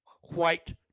White